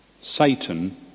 Satan